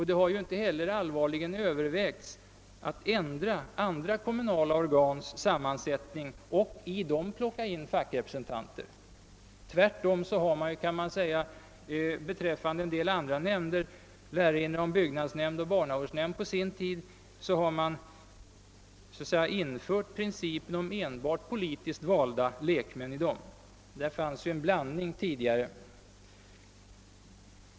Det har inte heller allvarligt övervägts, att man skulle ändra andra kommunala organs sammansättning och i dem sätta in fackrepresentanter. Tvärtom har man beträffande en del andra nämnder — däribland byggnadsnämnd och barnavårdsnämnd — infört principen om att det i dem skall sitta enbart politiskt valda lekmän.